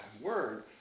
word